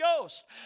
Ghost